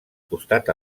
costat